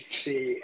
see